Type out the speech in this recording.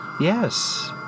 Yes